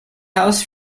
house